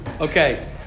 Okay